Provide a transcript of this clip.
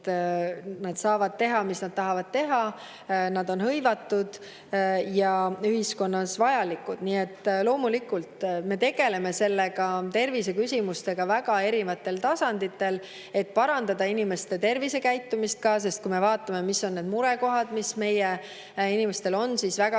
nad saavad teha, mis nad tahavad teha, nad on hõivatud ja ühiskonnas vajalikud. Nii et loomulikult me tegeleme terviseküsimustega väga erinevatel tasanditel, et parandada ka inimeste tervisekäitumist. Kui me vaatame, mis on need murekohad, mis meie inimestel on, siis